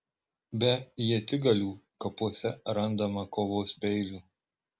be ietigalių kapuose randama kovos peilių